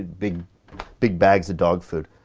big big bags of dog food.